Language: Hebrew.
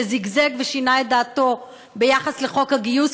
שזגזג ושינה את דעתו ביחס לחוק הגיוס,